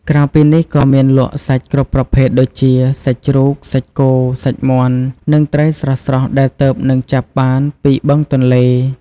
ក្រៅពីនេះ ក៏មានលក់សាច់គ្រប់ប្រភេទ ដូចជា សាច់ជ្រូក សាច់គោ សាច់មាន់ និងត្រីស្រស់ៗដែលទើបនឹងចាប់បានពីបឹងទន្លេ។